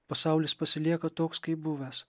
pasaulis pasilieka toks kaip buvęs